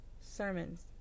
sermons